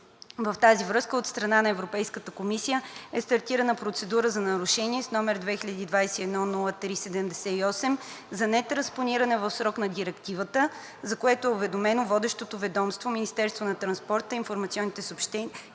В тази връзка от страна на Европейската комисия е стартирана процедура за нарушение № 2021/0378 за нетранспониране в срок на Директивата, за което е уведомено водещото ведомство –